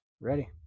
Ready